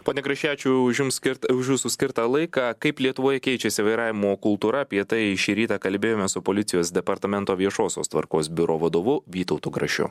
pone kraševičiau už jums skirt už jūsų skirtą laiką kaip lietuvoj keičiasi vairavimo kultūra apie tai šį rytą kalbėjomės su policijos departamento viešosios tvarkos biuro vadovu vytautu grašiu